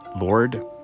Lord